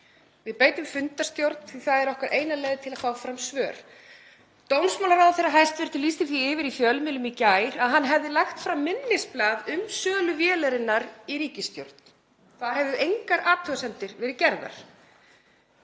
Við beitum fundarstjórn því að það er okkar eina leið til að fá fram svör. Hæstv. dómsmálaráðherra lýsti því yfir í fjölmiðlum í gær að þegar hann hefði lagt fram minnisblað um sölu vélarinnar í ríkisstjórn. Þar hefðu engar athugasemdir verið gerðar.